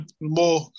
more